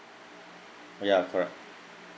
ya correct